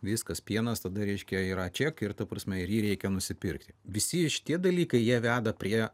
viskas pienas tada reiškia yra ček ir ta prasme ir jį reikia nusipirkt visi šitie dalykai jie veda prie